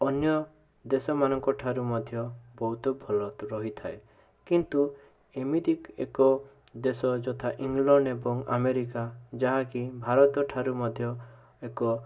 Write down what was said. ଅନ୍ୟ ଦେଶମାନଙ୍କ ଠାରୁ ମଧ୍ୟ ବହୁତ ଭଲ ତ ରହିଥାଏ କିନ୍ତୁ ଏମିତି ଏକ ଦେଶ ଯଥା ଇଂଲଣ୍ଡ ଏବଂ ଆମେରିକା ଯାହାକି ଭାରତ ଠାରୁ ମଧ୍ୟ ଏକ